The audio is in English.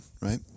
right